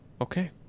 okay